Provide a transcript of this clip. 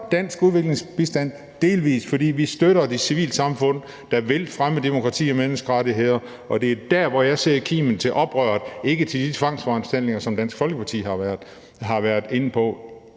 dansk udviklingsbistand delvis, fordi vi støtter de civilsamfund, der vil fremme demokrati og menneskerettigheder, og det er der, hvor jeg ser kimen til oprøret, og ikke i de ufattelig mange forskellige modeller af tvangsforanstaltninger, som Dansk Folkeparti har været inde på